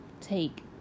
take